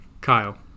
Kyle